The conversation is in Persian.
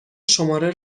شماره